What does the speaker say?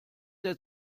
der